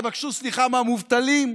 תבקשו סליחה מהמובטלים,